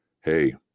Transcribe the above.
hey